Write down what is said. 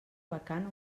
vacant